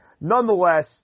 nonetheless